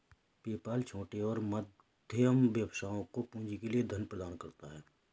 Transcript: PayPal छोटे और मध्यम व्यवसायों को पूंजी के लिए धन प्रदान करता है